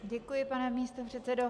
Děkuji, pane místopředsedo.